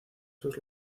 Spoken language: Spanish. sus